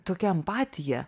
tokia empatija